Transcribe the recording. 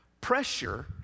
Pressure